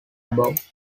above